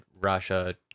Russia